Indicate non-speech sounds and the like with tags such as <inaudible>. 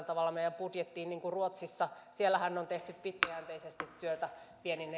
<unintelligible> tavalla meidän budjettiin niin kuin ruotsissa siellähän on tehty pitkäjänteisesti työtä viennin <unintelligible>